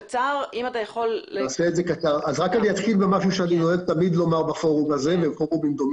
שאני תמיד אוהב לומר בפורום הזה.